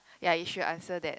ya you should answer that